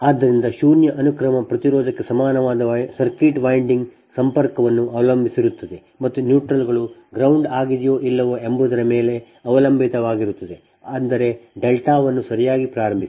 ಆದ್ದರಿಂದ ಶೂನ್ಯ ಅನುಕ್ರಮ ಪ್ರತಿರೋಧಕ್ಕೆ ಸಮಾನವಾದ ಸರ್ಕ್ಯೂಟ್ winding ಸಂಪರ್ಕವನ್ನು ಅವಲಂಬಿಸಿರುತ್ತದೆ ಮತ್ತು ನ್ಯೂಟ್ರಲ್ಗಳು ground ಆಗಿದೆಯೋ ಇಲ್ಲವೋ ಎಂಬುದರ ಮೇಲೆ ಅವಲಂಬಿತವಾಗಿರುತ್ತದೆ ಅಂದರೆ ಡೆಲ್ಟಾವನ್ನು ಸರಿಯಾಗಿ ಪ್ರಾರಂಭಿಸಿ